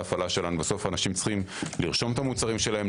בסוף אנשים צריכים לרשום את המוצרים שלהם,